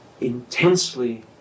intensely